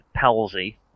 palsy